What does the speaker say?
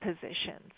positions